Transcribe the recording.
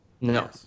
No